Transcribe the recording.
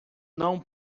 não